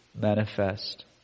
manifest